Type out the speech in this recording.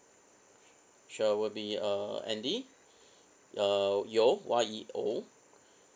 sure will be uh andy uh yeo Y E O